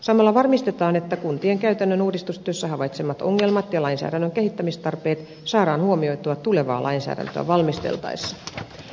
samalla varmistetaan että kuntien käytännön uudistustyössä havaitsemat ongelmat ja lainsäädännön kehittämistarpeet saadaan huomioitua tulevaa lainsäädäntöä valmisteltaessa